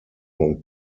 und